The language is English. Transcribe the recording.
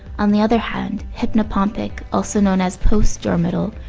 on the other hand, hypnopompic, also known as postdormital,